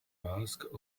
mask